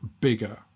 bigger